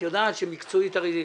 את יודעת שמקצועית הרי...